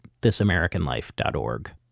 thisamericanlife.org